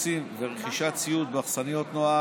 בשיפוצים וברכישת ציוד באכסניות נוער,